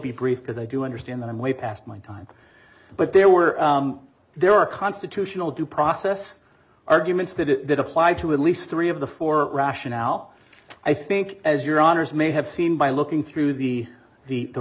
be brief because i do understand them way past my time but there were there are constitutional due process arguments that apply to at least three of the four rationale i think as your honour's may have seen by looking through the the the